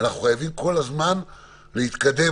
אם הם מרימים לו להנחתה את הפתרונות,